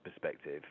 perspective